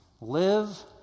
live